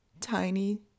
tiny